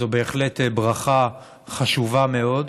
זו בהחלט ברכה חשובה מאוד.